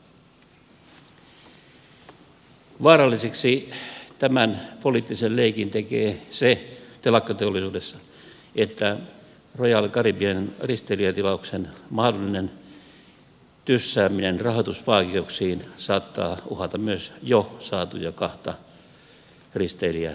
vaaralliseksi tämän poliittisen leikin tekee telakkateollisuudessa se että royal caribbean risteilijätilauksen mahdollinen tyssääminen rahoitusvaikeuksiin saattaa uhata myös jo saatuja kahta risteilijätilausta